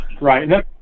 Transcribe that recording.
Right